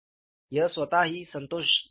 यह स्वतः ही संतोषजनक था